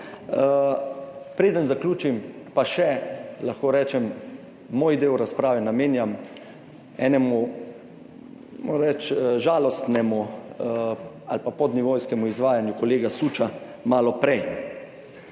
Preden zaključim, pa še lahko rečem, moj del razprave namenjam enemu, moram reči, žalostnemu ali pa pod nivojskemu izvajanju kolega Süč, malo prej.